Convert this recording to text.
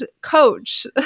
coach